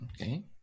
Okay